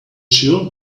sure